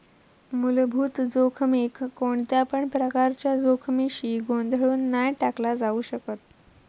मुलभूत जोखमीक कोणत्यापण प्रकारच्या जोखमीशी गोंधळुन नाय टाकला जाउ शकत